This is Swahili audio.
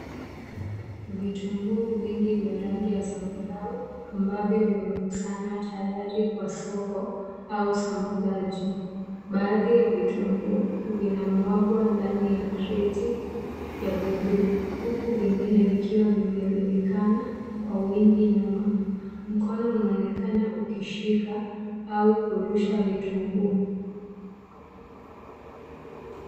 Vitunguu vingi vya rangi ya zambarau ambavyo vimekusanywa tayari kwa soko au usambazaji. Baadhi ya vitunguu vinamwagwa ndani ya kreti ya buluu huku vingine vikiwa vimerundikana kwa wingi nyuma. Mkono unaonekana ukishika au kurusha vitunguu.